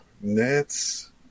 Nets